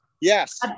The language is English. yes